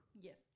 Yes